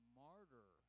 martyr